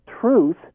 truth